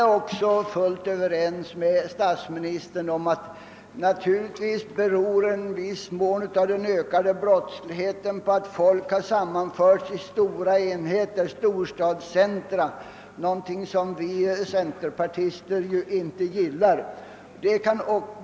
Jag är också fullt ense med statsministern om att en viss del av den ökade brottsligheten beror på att folk sammanförts i stora enheter, storstadscentra, någonting som vi centerpartister inte gillar.